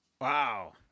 Wow